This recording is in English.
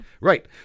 Right